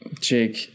Jake